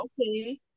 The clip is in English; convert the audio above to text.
okay